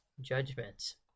judgments